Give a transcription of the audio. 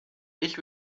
ich